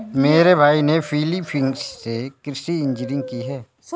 मेरे भाई ने फिलीपींस से कृषि इंजीनियरिंग की है